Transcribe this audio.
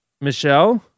Michelle